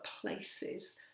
places